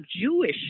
Jewish